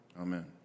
Amen